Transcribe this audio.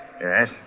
Yes